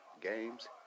games